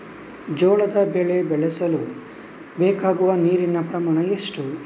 ಜೋಳದ ಬೆಳೆ ಬೆಳೆಸಲು ಬೇಕಾಗುವ ನೀರಿನ ಪ್ರಮಾಣ ಎಷ್ಟು?